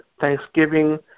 Thanksgiving